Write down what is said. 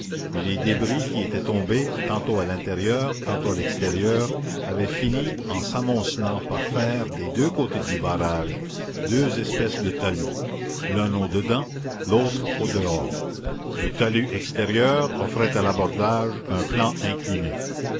et les débris qui étaient tombés tantôt à l'intérieur tantôt à l'extérieur avaient fini en s'amoncelant par faire des deux côtés du barrage deux espèces de talus l'un au dedans l'autre au dehors le talus extérieur offrait à l'abordage un plan incliné